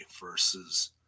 versus